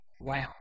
Wow